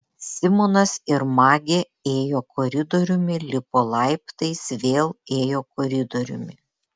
simonas ir magė ėjo koridoriumi lipo laiptais vėl ėjo koridoriumi